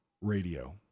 Radio